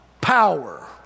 power